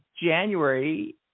January